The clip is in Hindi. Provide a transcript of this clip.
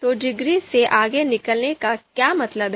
तो डिग्री से आगे निकलने का क्या मतलब है